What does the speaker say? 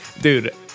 Dude